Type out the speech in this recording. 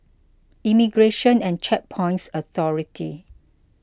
Immigration and Checkpoints Authority